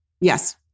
Yes